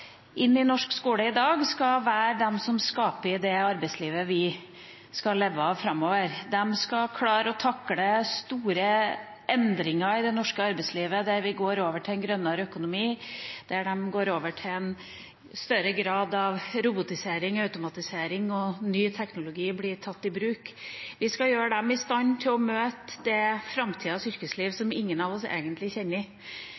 leve av framover. De skal klare å takle store endringer i det norske arbeidslivet, der vi går over til en grønnere økonomi, der vi går over til en større grad av robotisering og automatisering, og ny teknologi blir tatt i bruk. Vi skal gjøre dem i stand til å møte framtidas yrkesliv,